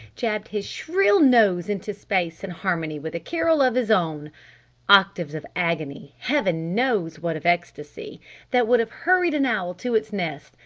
jabbed his shrill nose into space and harmony with a carol of his own octaves of agony heaven knows what of ecstasy that would have hurried an owl to its nest,